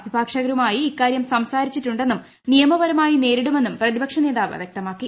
അഭിഭാഷകരുമായി ഇക്കാരൃം സംസാരിച്ചിട്ടുണ്ടെന്നും നിയമപരമായി നേരിടുമെന്നും പ്രതിപക്ഷ നേതാവ് വൃക്തമാക്കി